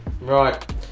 Right